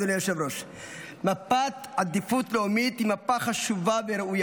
ראשון המנמקים, חבר הכנסת משה סולומון,